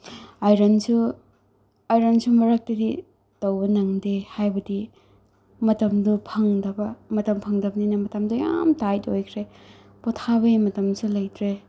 ꯑꯥꯏꯔꯟꯁꯨ ꯑꯥꯏꯔꯟꯁꯨ ꯃꯔꯛꯇꯗꯤ ꯇꯧꯕ ꯅꯪꯗꯦ ꯍꯥꯏꯕꯗꯤ ꯃꯇꯝꯗꯣ ꯐꯪꯗꯕ ꯃꯇꯝ ꯐꯪꯗꯕꯅꯤꯅ ꯃꯇꯝꯗꯣ ꯌꯥꯝ ꯇꯥꯏꯠ ꯑꯣꯏꯈ꯭ꯔꯦ ꯄꯣꯊꯥꯕꯒꯤ ꯃꯇꯝꯁꯨ ꯂꯩꯇ꯭ꯔ